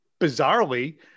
bizarrely